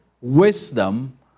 wisdom